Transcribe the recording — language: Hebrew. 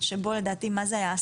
שבו לדעתי מה זה היה?